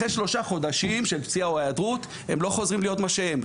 אחרי שלושה חודשים של פציעה או היעדרות הם לא חוזרים להיות מה שהם,